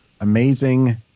amazing